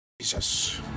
jesus